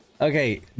Okay